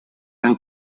han